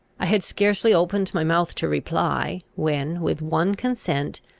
i had scarcely opened my mouth to reply, when, with one consent,